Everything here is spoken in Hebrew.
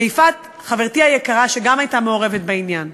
ויפעת חברתי היקרה, שגם הייתה מעורבת בעניין,